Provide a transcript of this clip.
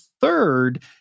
third